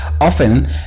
Often